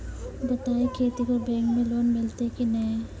बटाई खेती पर बैंक मे लोन मिलतै कि नैय?